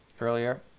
earlier